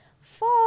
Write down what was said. four